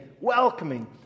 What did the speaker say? welcoming